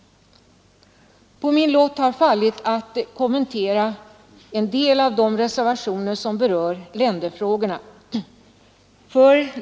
På min lott har fallit att kommentera en del av de reservationer som berör ländervalet.